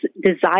desire